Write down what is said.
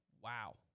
wow